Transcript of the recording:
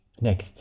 Next